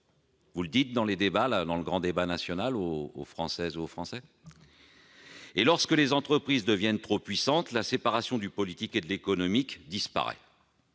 vous le dites dans le grand débat national aux Françaises et aux Français ? Et lorsque les entreprises deviennent trop puissantes, la séparation du politique et de l'économique disparaît.